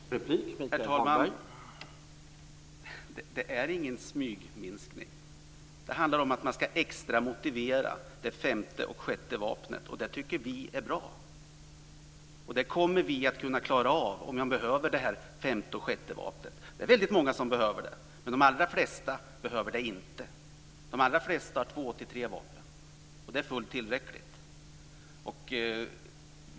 Herr talman! Det är ingen smygminskning. Det handlar om att man ska motivera det femte och sjätte vapnet extra. Det tycker vi är bra. Vi kommer att klara av det om vi behöver det femte och sjätte vapnet. Det är många som behöver det, men de allra flesta behöver det inte. De allra flesta har 2-3 vapen, och det är fullt tillräckligt.